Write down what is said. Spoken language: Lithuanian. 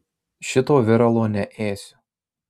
šito viralo neėsiu